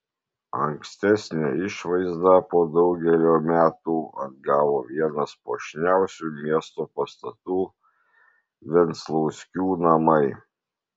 ankstesnę išvaizdą po daugelio metų atgavo vienas puošniausių miesto pastatų venclauskių namai